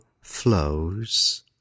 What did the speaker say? flows